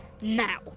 now